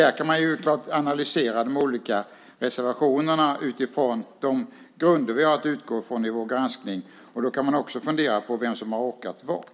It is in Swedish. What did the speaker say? Där kan man klart analysera de olika reservationerna utifrån de grunder vi har att utgå från i vår granskning. Då kan man också fundera på vem som har orkat vad.